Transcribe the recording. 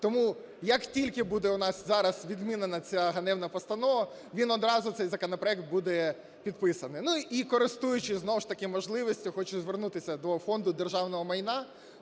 Тому, як тільки буде у нас зараз відмінена ця ганебна постанова, він одразу, цей законопроект, буде підписаний. І, користуючись знову ж таки можливістю, хочу звернутися до Фонду державного майна.